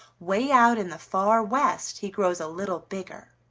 way out in the far west he grows a little bigger.